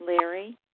Larry